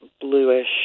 bluish